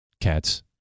cats